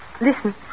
Listen